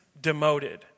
demoted